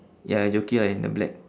ya jockey ah in the black